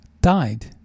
died